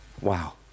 Wow